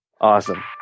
Awesome